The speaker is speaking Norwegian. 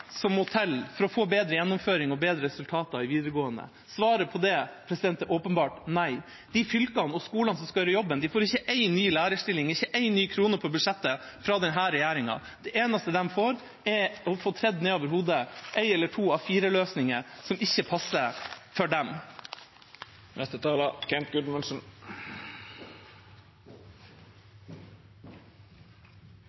for å få bedre gjennomføring og bedre resultater i videregående? Svaret på det er åpenbart nei. De fylkene og skolene som skal gjøre jobben, får ikke én ny lærerstilling, ikke én ny krone på budsjettet fra denne regjeringen. Det eneste de får, er at de får tredd ned over hodet en eller to A4-løsninger som ikke passer for dem.